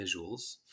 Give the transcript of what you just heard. visuals